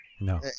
No